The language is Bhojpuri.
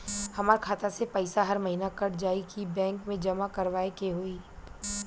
हमार खाता से पैसा हर महीना कट जायी की बैंक मे जमा करवाए के होई?